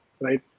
right